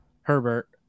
Herbert